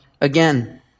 again